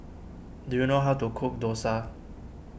do you know how to cook Dosa